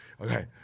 Okay